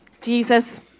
Jesus